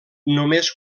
només